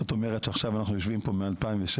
זאת אומרת שעכשיו אנחנו יושבים פה מ-2016,